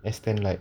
S ten like